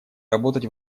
работать